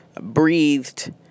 breathed